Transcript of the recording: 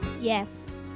yes